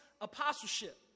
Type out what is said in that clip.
apostleship